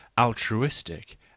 altruistic